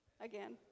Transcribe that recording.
Again